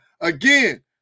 Again